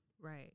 Right